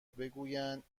بگویند